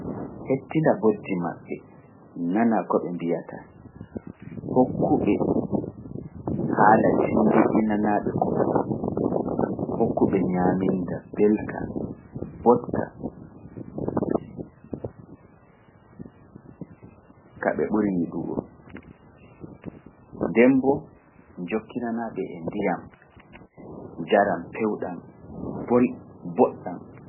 Hettinda bojji maɓɓe nana ko ɓe mbiyata hokkuɓe haala cemmbiɗinanaaɓe koppi, hokkuɓe ñaaminda belka botka ka ɓe ɓuri yiɗugo. Ndemboo jokkinanaaɓe e ndiyam, njaram pewɗam, boɗɗam, ɓe njokkina e ndiyam, ndiyam pewɗam.